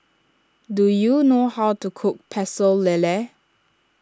do you know how to cook Pecel Lele